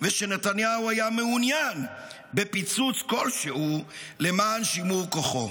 ושנתניהו היה מעוניין בפיצוץ כלשהו למען שימור כוחו.